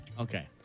Okay